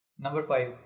number five,